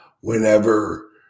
whenever